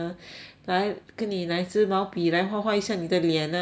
来跟你来支毛笔来画画一下你的脸 ah 这种